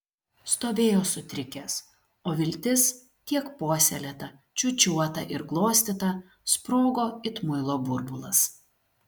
stovėjo sutrikęs o viltis tiek puoselėta čiūčiuota ir glostyta sprogo it muilo burbulas